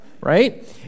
right